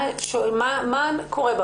מה קורה בה?